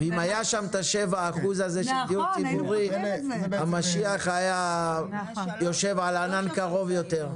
אם היה שם את ה-7% הזה של דיור ציבורי המשיח היה יושב על ענן קרוב יותר.